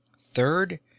third